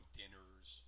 dinners